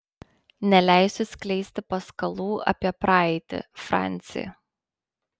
neleisiu skleisti paskalų apie praeitį franci